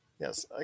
Yes